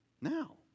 Now